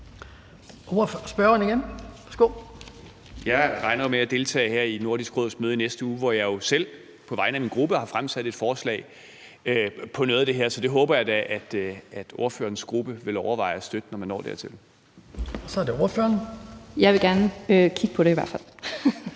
Kofod (DF): Jeg regner med at deltage her i Nordisk Råds møde i næste uge, hvor jeg jo selv på vegne af min gruppe har fremsat et forslag om noget af det her, så det håber jeg da at ordførerens gruppe vil overveje at støtte, når man når dertil. Kl. 11:53 Den fg. formand